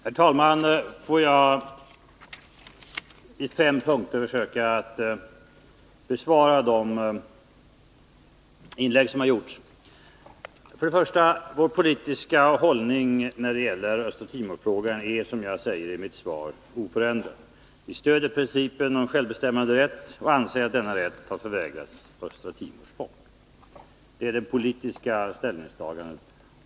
Herr talman! Får jag i fem punkter försöka att besvara de inlägg som har gjorts. 1. Vår politiska hållning när det gäller Östra Timor-frågan är, som jag säger i mitt svar, oförändrad. Vi stödjer principen om självbestämmanderätt och anser att denna rätt har förvägrats Östra Timors folk. Det är det politiska ställningstagandet.